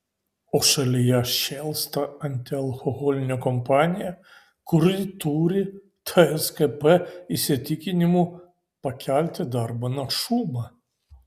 o šalyje šėlsta antialkoholinė kampanija kuri turi tskp įsitikinimu pakelti darbo našumą